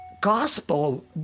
gospel